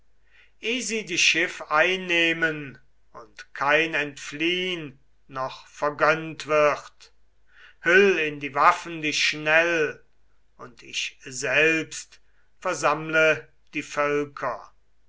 eh sie die schiff einnehmen und kein entfliehn noch vergönnt wird hüll in die waffen dich schnell und ich selbst versammle die völker